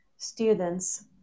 students